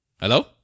Hello